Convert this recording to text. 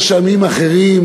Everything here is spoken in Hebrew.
יש עמים אחרים,